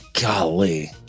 Golly